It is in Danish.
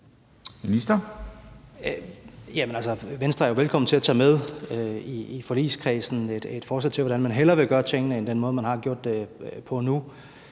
Jamen Venstre er jo velkommen til at tage forslaget med i forligskredsen til, hvordan man hellere vil gøre tingene end den måde, man har gjort det på